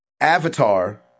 avatar